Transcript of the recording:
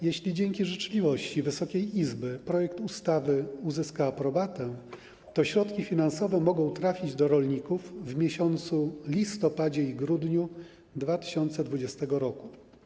Jeśli dzięki życzliwości Wysokiej Izby projekt ustawy uzyska aprobatę, to środki finansowe mogą trafić do rolników w listopadzie i grudniu 2020 r.